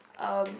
um